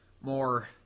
more